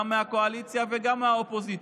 גם מהקואליציה וגם מהאופוזיציה,